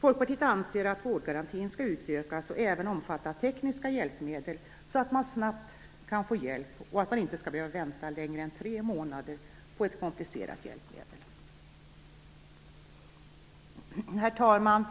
Folkpartiet anser att vårdgarantin skall utökas och även omfattande tekniska hjälpmedel, så att man snabbt kan få hjälp och inte skall behöva vänta längre än tre månader på ett komplicerat hjälpmedel. Herr talman!